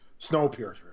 Snowpiercer